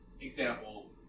Example